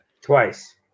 Twice